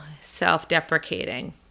self-deprecating